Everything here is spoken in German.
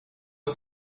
ist